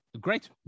Great